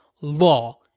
law